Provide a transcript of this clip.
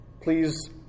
Please